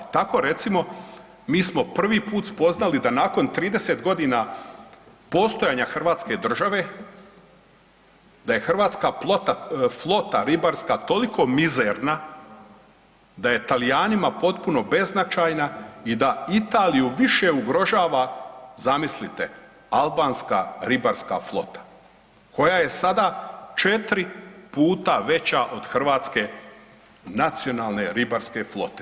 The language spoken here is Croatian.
Tako recimo mi smo prvi put spoznali da nakon 30.g. postojanja hrvatske države da je hrvatska flota ribarska toliko mizerna da je Talijanima potpuno beznačajna i da Italiju više ugrožava, zamislite albanska ribarska flota koja je sada 4 puta veća od Hrvatske nacionalne ribarske flote.